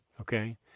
okay